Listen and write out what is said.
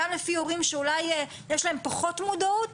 גם לפי הורים שאולי יש להם פחות מודעות